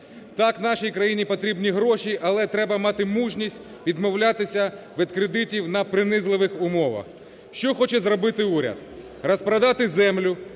Так, нашій країні потрібні гроші, але треба мати мужність відмовлятися від кредитів на принизливих умовах. Що хоче зробити уряд? Розпродати землю,